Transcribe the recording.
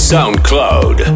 SoundCloud